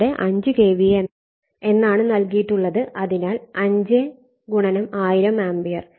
ഇവിടെ 5 KVA എന്നാണ് നൽകിയിട്ടുള്ളത് അതിനാൽ 5 1000 ആംപിയർ